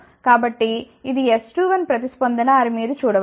కాబట్టి ఇది S21 ప్రతిస్పందన అని మీరు చూడ వచ్చు